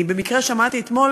אני במקרה שמעתי אתמול